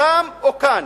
שם או כאן?